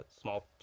small